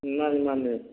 ꯃꯥꯟꯅꯤ ꯃꯥꯟꯅꯤ